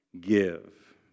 give